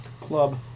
club